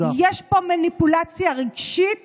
יש פה מניפולציה רגשית